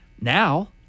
Now